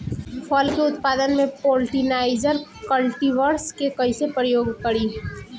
फल के उत्पादन मे पॉलिनाइजर कल्टीवर्स के कइसे प्रयोग करी?